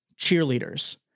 cheerleaders